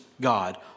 God